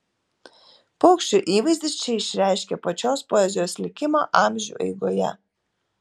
paukščio įvaizdis čia išreiškia pačios poezijos likimą amžių eigoje